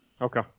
Okay